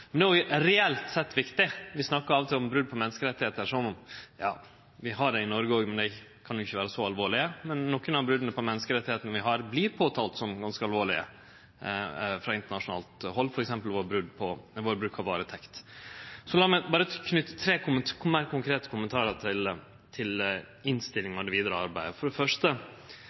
men dei kan jo ikkje vere så alvorlege. Men nokre av brota på menneskerettane vert påtalte som ganske alvorlege frå internasjonalt hald, f.eks. vår bruk av varetekt. Så lat meg berre knyte tre meir konkrete kommentarar til innstillinga og det vidare arbeidet. For det første: